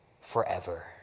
Forever